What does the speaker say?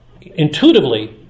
intuitively